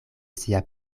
sia